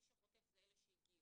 מי שחוטף זה אלה שהגיעו.